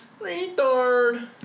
Retard